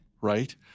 right